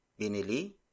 binili